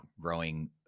growing